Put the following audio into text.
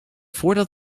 voordat